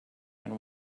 and